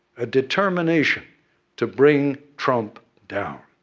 a determination to bring trump down.